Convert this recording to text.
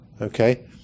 Okay